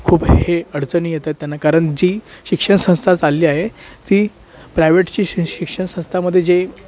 खूप हे अडचणी येत आहेत त्यांना कारण जी शिक्षणसंस्था चालली आहे ती प्रायवेटची शि शिक्षणसंस्थांमध्ये जे